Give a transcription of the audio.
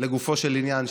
לגופו של עניין,